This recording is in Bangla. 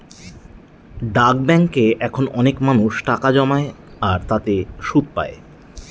ডাক ব্যাঙ্কে এখন অনেক মানুষ টাকা জমায় আর তাতে সুদ পাই